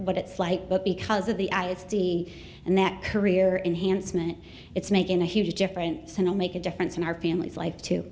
what it's like but because of the i it's d and that career enhancement it's making a huge difference in a make a difference in our family's life to